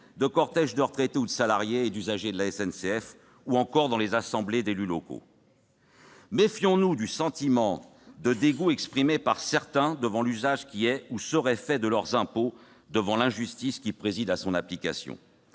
les cortèges de retraités, de salariés et d'usagers de la SNCF ou encore dans les assemblées d'élus locaux : méfions-nous du sentiment de dégoût exprimé par certains devant l'usage qui est ou serait fait de leurs impôts, devant l'injustice qui préside en la matière.